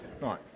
right